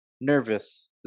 nervous